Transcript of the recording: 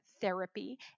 therapy